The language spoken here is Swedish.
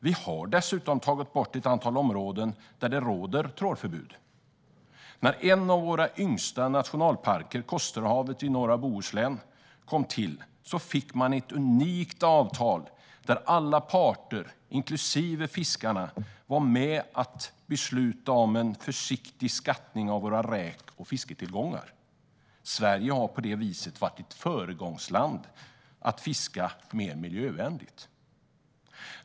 Vi har dessutom avdelat ett antal områden där det råder trålförbud. När en av våra yngsta nationalparker, Kosterhavet i norra Bohuslän, kom till fick man ett unikt avtal där alla parter, inklusive fiskarna, var med och beslutade om en försiktig skattning av våra räk och fisktillgångar. Sverige har på detta vis varit ett föregångsland när det gäller att fiska mer miljövänligt.